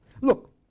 Look